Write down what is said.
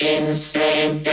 Insane